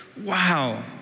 Wow